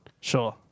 Sure